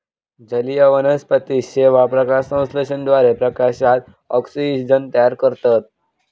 जलीय वनस्पती शेवाळ, प्रकाशसंश्लेषणाद्वारे प्रकाशात ऑक्सिजन तयार करतत